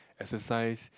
exercise